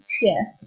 Yes